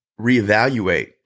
reevaluate